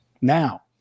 Now